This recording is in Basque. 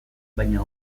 baina